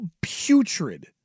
putrid